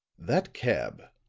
that cab,